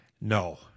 no